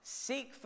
Seek